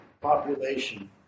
population